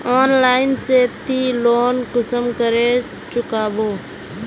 Online से ती loan कुंसम करे चुकाबो?